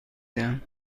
دهم